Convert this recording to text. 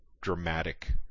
dramatic